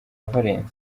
valens